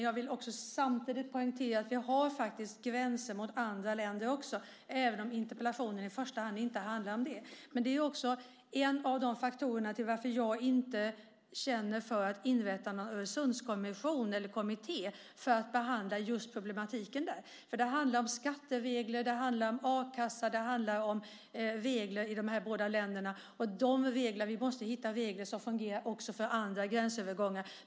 Jag vill samtidigt poängtera att vi har gränser mot andra länder också, även om interpellationen inte handlar om det i första hand. Det är en av de faktorer som gör att jag inte känner för att inrätta någon Öresundskommission eller kommitté för att behandla just problematiken där. Det handlar om a-kassa, skatteregler och andra regler i de här båda länderna, och vi måste hitta regler som fungerar också för andra gränsövergångar.